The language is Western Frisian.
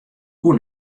koe